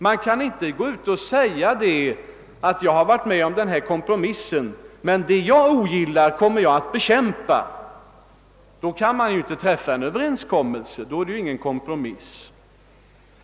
Man kan inte gå ut och säga att man har varit med om en kompromiss men att man kommer att bekämpa vad man ogillar i densamma. Under sådana förhållanden går det inte att träffa någon överenskommelse.